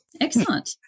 Excellent